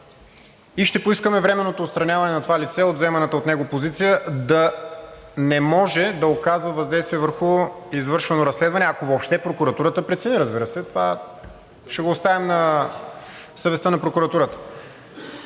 и ще поискаме временното отстраняване на това лице от заеманата от него позиция, да не може да оказва въздействие върху извършвано разследване, ако въобще прокуратурата прецени, разбира се. Това ще го оставим на съвестта на прокуратурата.